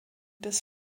des